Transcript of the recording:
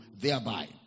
thereby